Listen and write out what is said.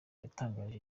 yatangarije